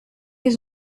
les